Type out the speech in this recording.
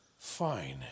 Fine